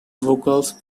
vocals